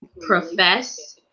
profess